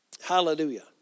Hallelujah